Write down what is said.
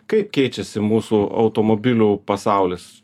kaip keičiasi mūsų automobilių pasaulis